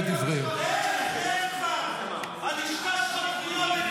אני לא רוצה להוציא אותך.